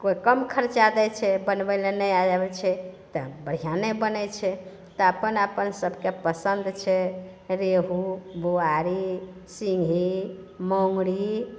केओ कम खर्चा दै छै बनबै लए नहि आबै छै तऽ बढ़िआँ नहि बनै छै तऽ अपन अपन सबके पसन्द छै रेहू बुआरी सिङही मङुरी